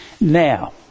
Now